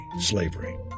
slavery